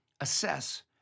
assess